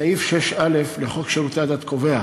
סעיף 6א לחוק שירותי הדת קובע